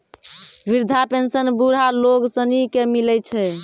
वृद्धा पेंशन बुढ़ा लोग सनी के मिलै छै